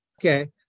Okay